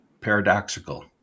paradoxical